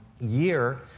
year